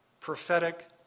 prophetic